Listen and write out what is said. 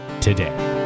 today